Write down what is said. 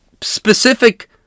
specific